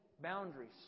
boundaries